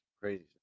Crazy